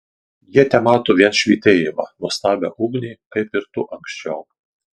jie temato vien švytėjimą nuostabią ugnį kaip ir tu anksčiau